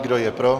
Kdo je pro?